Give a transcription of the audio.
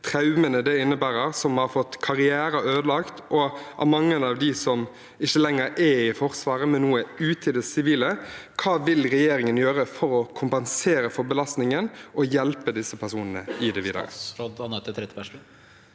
traumene det innebærer, og som har fått karrierer ødelagt, og for mange av dem som ikke lenger er i Forsvaret, men som nå er ute i det sivile: Hva vil regjeringen gjøre for å kompensere for belastningen og hjelpe disse personene i det videre?